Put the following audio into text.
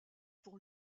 pour